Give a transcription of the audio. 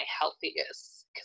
healthiest